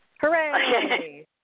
Hooray